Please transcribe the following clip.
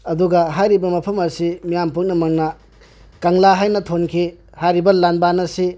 ꯑꯗꯨꯒ ꯍꯥꯏꯔꯤꯕ ꯃꯐꯝ ꯑꯁꯤ ꯃꯤꯌꯥꯝ ꯄꯨꯝꯅꯃꯛꯅ ꯀꯪꯂꯥ ꯍꯥꯏꯅ ꯊꯣꯟꯈꯤ ꯍꯥꯏꯔꯤꯕ ꯂꯥꯟꯕꯟ ꯑꯁꯤ